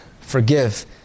forgive